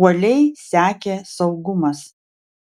uoliai sekė saugumas